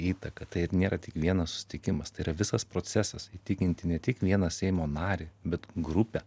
įtaka tai ir nėra tik vienas susitikimas tai yra visas procesas įtikinti ne tik vieną seimo narį bet grupę